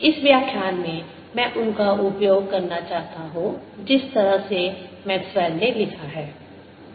इस व्याख्यान में मैं उनका उपयोग करना चाहता हूं जिस तरह से मैक्सवेल ने लिखा है